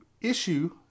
issue